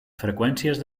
freqüències